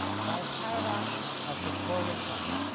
by a paradox of pictorial thought,